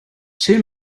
two